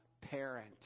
parent